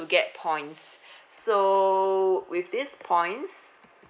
get points so with this points